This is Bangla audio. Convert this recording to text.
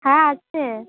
হ্যাঁ আছে